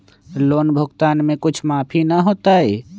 Loan भुगतान में कुछ माफी न होतई?